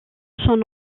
son